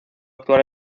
actual